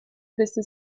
prestò